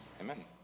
Amen